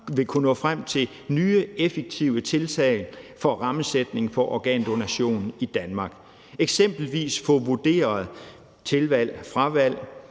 kunne nå frem til nye effektive tiltag for en rammesætning af organdonation i Danmark. Kl. 10:19 Eksempelvis kan vi få vurderet tilvalg og fravalg,